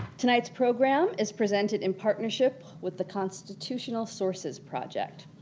tonight's program is presented in partnership with the constitutional sources project.